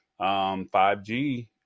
5G